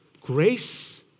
Grace